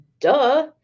Duh